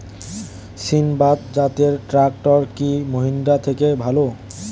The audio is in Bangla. সিণবাদ জাতের ট্রাকটার কি মহিন্দ্রার থেকে ভালো?